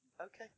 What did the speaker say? Okay